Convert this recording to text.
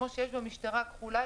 כמו שיש במשטרה הכחולה,